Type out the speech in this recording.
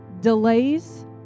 delays